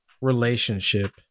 relationship